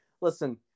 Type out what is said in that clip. Listen